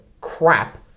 crap